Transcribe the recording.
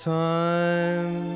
time